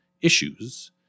issues